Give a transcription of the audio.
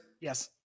Yes